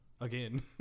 Again